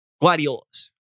Gladiolas